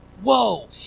whoa